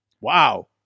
Wow